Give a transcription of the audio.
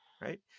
Right